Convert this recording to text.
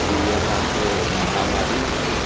ई अहाँकेँ महामारीमे